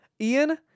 Ian